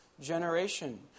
generation